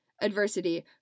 Adversity